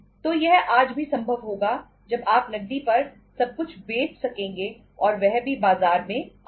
तो यह आज भी संभव होगा जब आप नकदी पर सब कुछ बेच सकेंगे और वह भी बाजार में आज